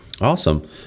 awesome